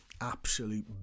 absolute